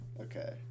okay